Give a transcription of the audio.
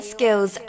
Skills